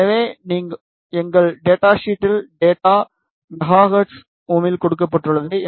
எனவே எங்கள் டேட்டா ஷீட்டில் டேட்டா MHz ஓமில் கொடுக்கப்பட்டுள்ளது